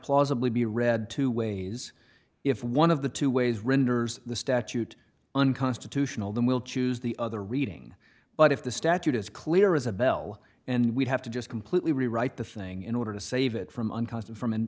plausibly be read two ways if one of the two ways renders the statute unconstitutional then we'll choose the other reading but if the statute is clear as a bell and we have to just completely rewrite the thing in order to save it from unconscious